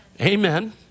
Amen